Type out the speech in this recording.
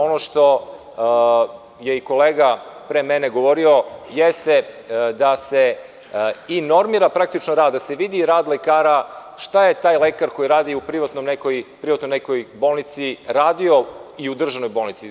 Ono što je i kolega pre mene govorio jeste da se normira praktično rad, da se vidi rad lekara, šta je taj lekar koji radi u nekoj privatnoj bolnici radio i u državnoj bolnici.